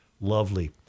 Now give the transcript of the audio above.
lovely